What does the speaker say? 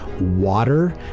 water